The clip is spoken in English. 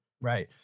Right